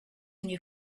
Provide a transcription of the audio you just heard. new